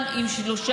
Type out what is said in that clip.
מטי,